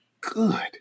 good